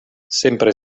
sempre